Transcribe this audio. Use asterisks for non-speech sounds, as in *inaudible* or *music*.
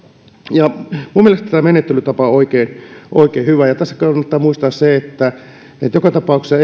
minun mielestäni menettelytapa on oikein hyvä ja tässä kannattaa muistaa se että joka tapauksessa *unintelligible*